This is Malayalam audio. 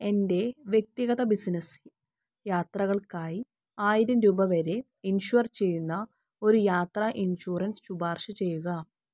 എൻ്റെ വ്യക്തിഗത ബിസിനസ്സ് യാത്രകൾക്കായി ആയിരം രൂപ വരെ ഇൻഷ്വർ ചെയ്യുന്ന ഒരു യാത്രാ ഇൻഷുറൻസ് ശുപാർശ ചെയ്യുക